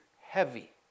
heavy